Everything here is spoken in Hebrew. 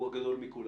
הוא הגדול מכולם.